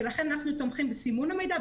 לכן אנחנו תומכים בסימון המידע,